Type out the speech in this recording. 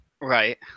Right